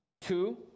Two